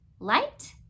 light